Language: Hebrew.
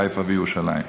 חיפה וירושלים.